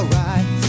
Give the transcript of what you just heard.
right